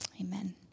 Amen